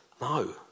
No